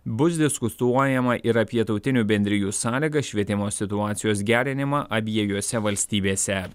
bus diskutuojama ir apie tautinių bendrijų sąlygas švietimo situacijos gerinimą abiejose valstybėse